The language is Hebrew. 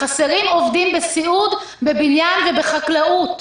חסרים עובדים בסיעוד, בבניין ובחקלאות.